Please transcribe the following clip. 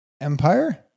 Empire